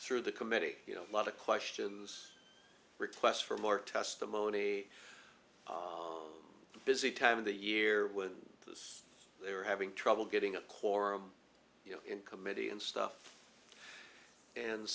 through the committee you know a lot of questions requests for more testimony a busy time of the year when they were having trouble getting a quorum you know in committee and stuff and